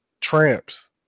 tramps